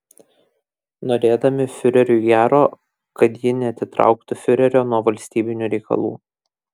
norėdami fiureriui gero kad ji neatitrauktų fiurerio nuo valstybinių reikalų